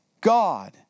God